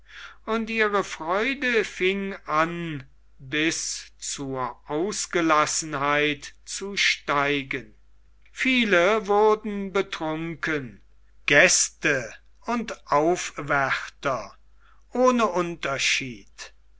und ihre freude fing an bis zur ausgelassenheit zu steigen viele wurden betrunken gäste und aufwärter ohne unterschied